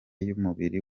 y’umubiri